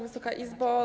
Wysoka Izbo!